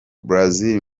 brazil